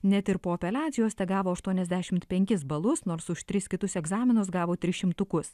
net ir po apeliacijos tegavo aštuoniasdešimt penkis balus nors už tris kitus egzaminus gavo tris šimtukus